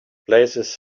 places